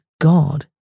God